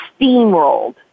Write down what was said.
steamrolled